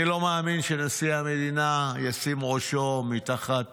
אני לא מאמין שנשיא המדינה ישים ראשו מתחת